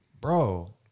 bro